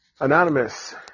Anonymous